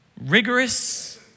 rigorous